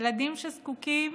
ילדים שזקוקים